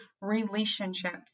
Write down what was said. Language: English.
relationships